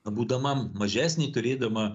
būdama mažesnė turėdama